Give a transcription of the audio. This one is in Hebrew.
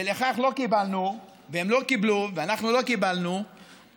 ועל כך הם לא קיבלו ואנחנו לא קיבלנו מענה.